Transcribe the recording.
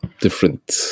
different